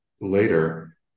later